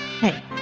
hey